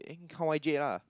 come Y_J lah